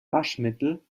waschmittel